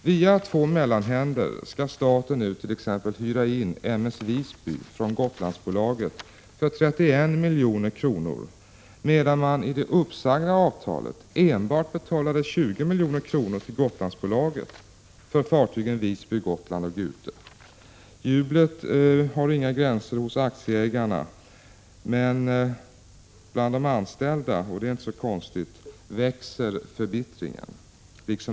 Via två mellanhänder skall staten nu t.ex. hyra in M/S Visby från Gotlandsbolaget för 31 milj.kr., medan man i det uppsagda avtalet betalade endast 20 milj.kr. till Gotlandsbolaget för fartygen Visby, Gotland och Gute. Jublet hos aktieägarna har inga gränser, men bland de anställda — och det är inte konstigt — växer förbittringen.